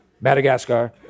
Madagascar